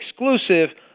exclusive